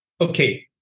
Okay